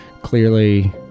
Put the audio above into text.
clearly